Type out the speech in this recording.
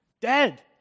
Dead